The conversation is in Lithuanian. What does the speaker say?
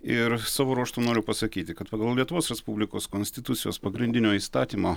ir savo ruožtu noriu pasakyti kad pagal lietuvos respublikos konstitucijos pagrindinio įstatymo